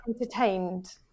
entertained